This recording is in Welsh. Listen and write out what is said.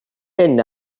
hyn